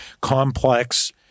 complex